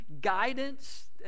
guidance